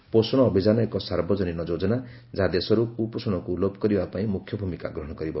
ଶ୍ରୀ ଶାହା କହିଛନ୍ତି ପୋଷଣ ଅଭିଯାନ ଏକ ସାର୍ବଜନୀନ ଯୋଜନା ଯାହା ଦେଶରୁ କୁପୋଷଣକୁ ଲୋପ କରିବା ପାଇଁ ମୁଖ୍ୟ ଭୂମିକା ଗ୍ରହଣ କରିବ